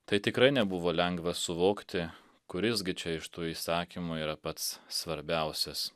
tai tikrai nebuvo lengva suvokti kuris gi čia iš tų įsakymų yra pats svarbiausias